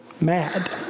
mad